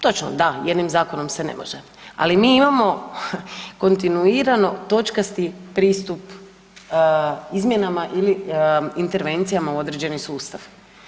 Točno, da, jednim zakonom se ne može, ali mi imamo kontinuirano točkasti pristup izmjenama ili intervencijama u određeni sustav.